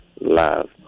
Love